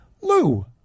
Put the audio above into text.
Lou